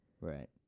Right